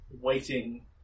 waiting